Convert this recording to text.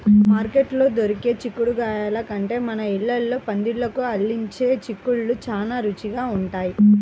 మార్కెట్లో దొరికే చిక్కుడుగాయల కంటే మన ఇళ్ళల్లో పందిళ్ళకు అల్లించే చిక్కుళ్ళు చానా రుచిగా ఉంటయ్